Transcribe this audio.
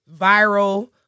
viral